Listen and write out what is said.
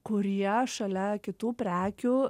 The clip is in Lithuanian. kurie šalia kitų prekių